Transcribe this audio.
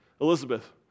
Elizabeth